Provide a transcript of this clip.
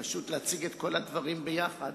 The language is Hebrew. פשוט להציג את כל הדברים ביחד.